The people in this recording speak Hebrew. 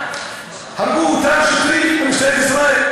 הרגו אותה שוטרים במשטרת ישראל,